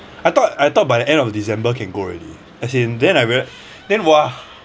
I thought I thought by the end of december can go already as in then I very then !wah!